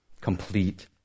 complete